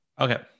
Okay